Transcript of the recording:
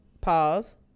pause